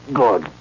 good